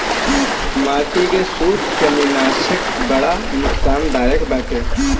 माटी के सूत्रकृमिनाशक बड़ा नुकसानदायक बाटे